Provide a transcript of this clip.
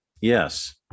Yes